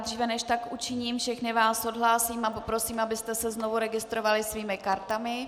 Dříve, než tak učiním, všechny vás odhlásím a poprosím, abyste se znovu registrovali svými kartami.